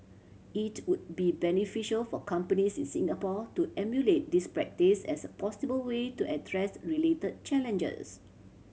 it would be beneficial for companies in Singapore to emulate this practice as a possible way to address related challenges